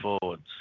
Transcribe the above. forwards